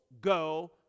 go